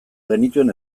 genituen